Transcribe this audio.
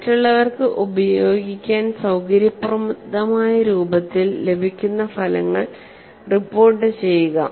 മറ്റുള്ളവർക്ക് ഉപയോഗിക്കാൻ സൌകര്യപ്രദമായ രൂപത്തിൽ ലഭിക്കുന്ന ഫലങ്ങൾ റിപ്പോർട്ടുചെയ്യുക